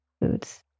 foods